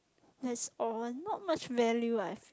that's all not much value life